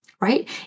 right